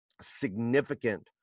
significant